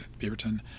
Beaverton